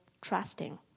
trusting